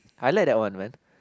I like that one man